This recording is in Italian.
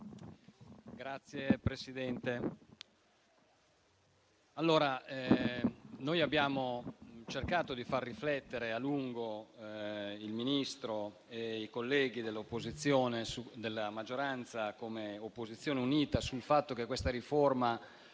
Signor Presidente, noi abbiamo cercato di far riflettere a lungo la Ministra e i colleghi della maggioranza, come opposizione unita, sul fatto che questa riforma